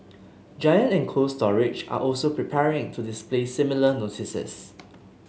Giant and Cold Storage are also preparing to display similar notices